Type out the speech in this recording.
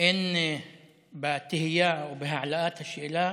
שאין בתהייה ובהעלאת השאלה